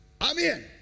Amen